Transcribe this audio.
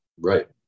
right